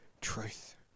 truth